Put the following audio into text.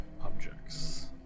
objects